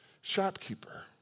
shopkeeper